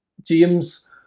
James